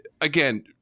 again